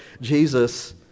Jesus